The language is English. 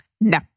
No